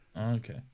Okay